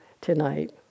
tonight